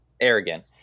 arrogant